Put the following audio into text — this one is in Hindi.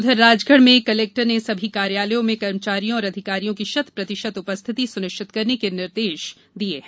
उधर राजगढ़ में कलेक्टर ने सभी कार्यालयों में कर्मचारियों और अधिकारियों की शत प्रतिशत उपस्थिति सुनिश्चित करने के निर्देश दिये हैं